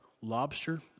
lobster